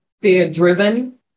fear-driven